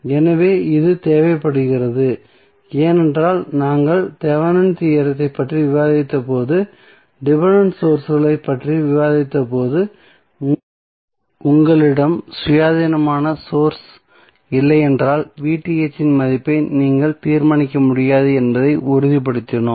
எனவே இது தேவைப்படுகிறது ஏனென்றால் நாங்கள் தெவெனின் தியோரத்தைப் பற்றி விவாதித்தபோது டிபென்டென்ட் சோர்ஸ்களைப் பற்றி விவாதித்தபோது உங்களிடம் சுயாதீனமான சோர்ஸ் இல்லையென்றால் இன் மதிப்பை நீங்கள் தீர்மானிக்க முடியாது என்பதை உறுதிப்படுத்தினோம்